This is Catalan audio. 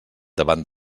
davant